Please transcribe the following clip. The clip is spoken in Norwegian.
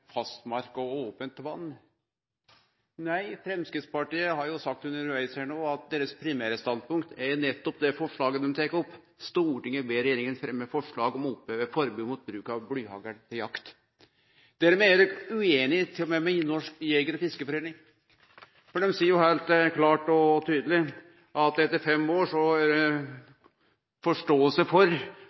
fastmark og over ope vatn. Nei, Framstegspartiet har sagt undervegs her at deira primære standpunkt nettopp er det forslaget dei har teke opp: «Stortinget ber regjeringen fremme forslag om å oppheve forbud mot bruk av blyhagl til jakt.» Dermed er dei uenige med til og med Norges Jeger- og Fiskerforbund, for dei seier heilt klart og tydeleg at etter fem år er det